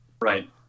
Right